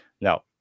Now